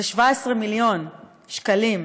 וזה 17 מיליון שקלים,